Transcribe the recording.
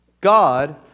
God